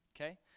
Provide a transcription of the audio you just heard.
Okay